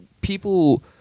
people